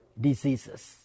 diseases